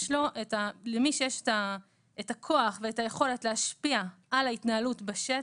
למי שיש את הכוח ואת היכולת להשפיע על ההתנהלות בשטח,